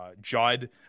Judd